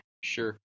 sure